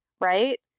right